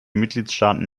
mitgliedstaaten